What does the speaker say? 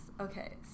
Okay